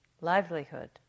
livelihood